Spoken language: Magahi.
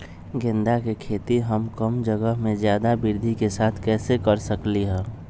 गेंदा के खेती हम कम जगह में ज्यादा वृद्धि के साथ कैसे कर सकली ह?